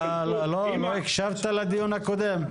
אתה לא הקשבת לדיון הקודם?